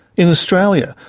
in australia,